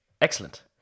excellent